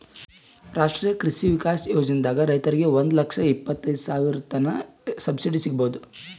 ರಾಷ್ಟ್ರೀಯ ಕೃಷಿ ವಿಕಾಸ್ ಯೋಜನಾದಾಗ್ ರೈತರಿಗ್ ಒಂದ್ ಲಕ್ಷ ಇಪ್ಪತೈದ್ ಸಾವಿರತನ್ ಸಬ್ಸಿಡಿ ಸಿಗ್ಬಹುದ್